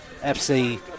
FC